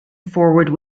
forward